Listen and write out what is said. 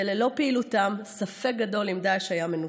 וללא פעילותם ספק גדול אם דאעש היה מנוצח.